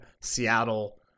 seattle